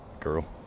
Girl